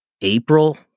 April